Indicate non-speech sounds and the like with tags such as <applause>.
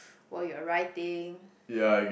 while you're writing <breath>